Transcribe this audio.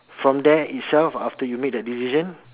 from there itself after you make the decision